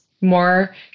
more